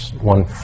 one